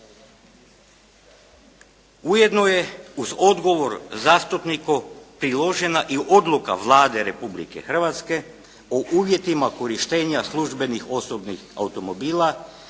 Ujedno je uz odgovor zastupniku priložena i odluka Vlade Republike Hrvatske o uvjetima korištenja službenih osobnih automobila,